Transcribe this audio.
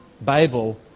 Babel